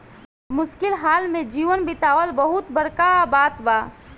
मुश्किल हाल में जीवन बीतावल बहुत बड़का बात बा